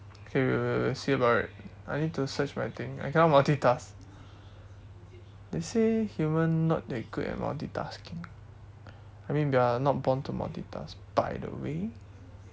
okay we'll we'll we'll see about it I need to search my thing I cannot multitask they say human not that good at multitasking I mean we are not born to multitask by the way